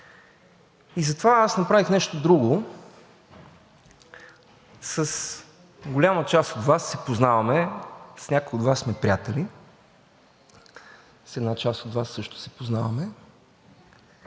и затова аз направих нещо друго. С голяма част от Вас се познаваме, с някои от Вас сме приятели, с една част от Вас също се познаваме